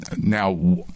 Now